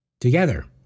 Together